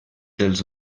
dels